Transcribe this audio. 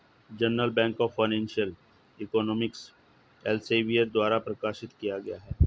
journal of financial economics Elsevier द्वारा प्रकाशित किया गया हैं